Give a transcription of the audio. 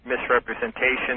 misrepresentation